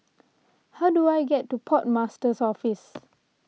how do I get to Port Master's Office